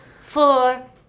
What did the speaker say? four